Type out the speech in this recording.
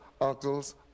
uncles